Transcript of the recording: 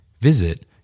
Visit